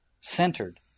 centered